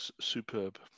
superb